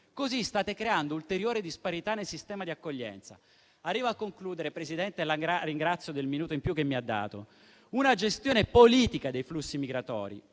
Così state creando ulteriori disparità nel sistema di accoglienza. Arrivo a concludere, signora Presidente, e la ringrazio del minuto in più che mi ha dato. Una gestione politica dei flussi migratori,